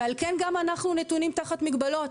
ועל כן גם אנחנו נתונים תחת מגבלות.